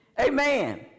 Amen